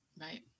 Right